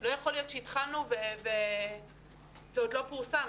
לא יכול להיות שהתחלנו וזה עוד לא פורסם,